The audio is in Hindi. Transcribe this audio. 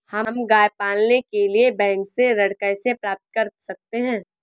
हम गाय पालने के लिए बैंक से ऋण कैसे प्राप्त कर सकते हैं?